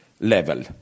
level